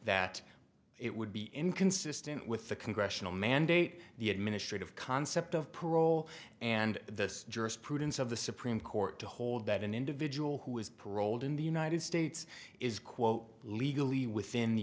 that it would be inconsistent with the congressional mandate the administrative concept of parole and the jurisprudence of the supreme court to hold that an individual who was paroled in the united states is quote legally within the